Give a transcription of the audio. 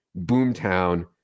boomtown